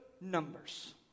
numbers